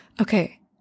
Okay